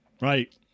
right